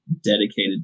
dedicated